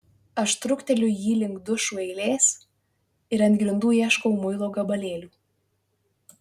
aš trukteliu jį link dušų eilės ir ant grindų ieškau muilo gabalėlių